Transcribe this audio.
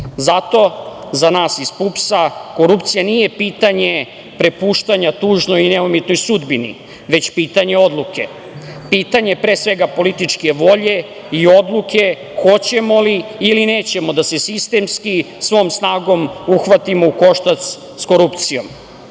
za nas iz PUPS-a korupcija nije pitanje prepuštanja tužno i neumitno sudbini, već pitanje odluke, pitanje pre svega političke volje i odluke hoćemo li ili nećemo da se sistemski svom snagom uhvatimo u koštac sa korupcijom. Zbog